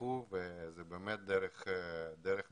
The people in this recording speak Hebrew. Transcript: תחייכו וזאת באמת דרך משותפת.